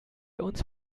uns